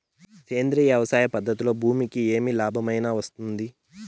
సేంద్రియ వ్యవసాయం పద్ధతులలో భూమికి ఏమి లాభమేనా వస్తుంది?